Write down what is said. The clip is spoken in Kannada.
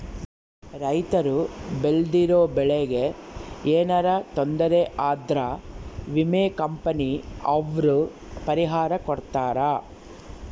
ರೈತರು ಬೆಳ್ದಿರೋ ಬೆಳೆ ಗೆ ಯೆನರ ತೊಂದರೆ ಆದ್ರ ವಿಮೆ ಕಂಪನಿ ಅವ್ರು ಪರಿಹಾರ ಕೊಡ್ತಾರ